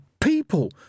people